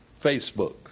Facebook